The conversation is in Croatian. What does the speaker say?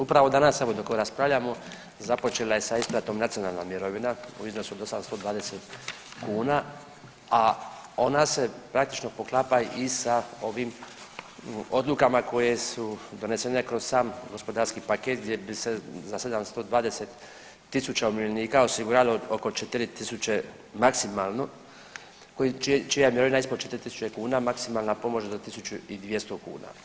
Upravo danas evo dok ovo raspravljamo, započela je sa isplatom nacionalna mirovina u iznosu od 820 kn, a ona se praktično poklapa i sa ovim odlukama koje su donesene kroz sam gospodarski paket gdje bi se za 720 000 umirovljenika osiguralo oko 4000 maksimalno, čija je mirovina ispod 4000, maksimalna pomoć do 1200 kuna.